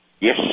Yes